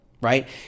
right